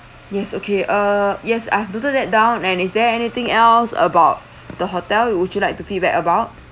yes okay uh yes I've noted that down and is there anything else about the hotel you would you like to feedback about